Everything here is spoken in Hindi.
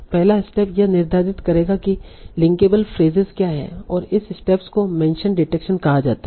पहला स्टेप यह निर्धारित करेगा कि लिंकेबल फ्रेसेस क्या हैं और इस स्टेप को मेंशन डिटेक्शन कहा जाता है